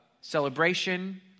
celebration